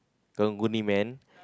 karang-guni man